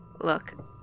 Look